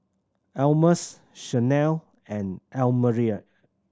Almus Shanell and Almira